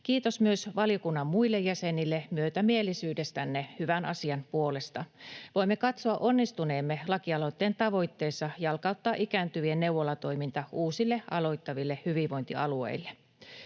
Kiitos myös valiokunnan muille jäsenille myötämielisyydestänne hyvän asian puolesta. Voimme katsoa onnistuneemme lakialoitteen tavoitteessa jalkauttaa ikääntyvien neuvolatoiminta uusille aloittaville hyvinvointialueille.